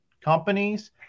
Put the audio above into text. companies